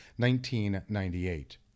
1998